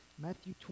Matthew